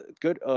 good